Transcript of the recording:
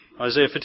Isaiah